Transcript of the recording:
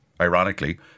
ironically